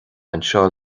anseo